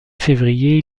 février